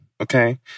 Okay